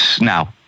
Now